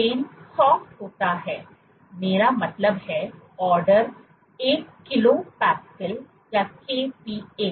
brain soft होता है मेरा मतलब है order 1 kilo pascal order 1 Kilo Pascal